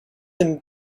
them